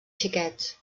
xiquets